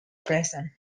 present